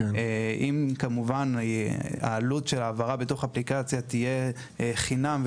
אם עלות העברה בתוך האפליקציה תהיה חינם,